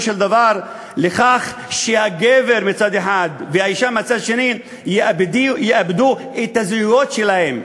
של דבר לכך שהגבר מצד אחד והאישה מצד שני יאבדו את הזהויות שלהם,